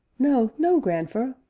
no, no, grandfer!